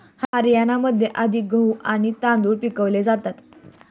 हरियाणामध्ये सर्वाधिक गहू आणि तांदूळ पिकवले जातात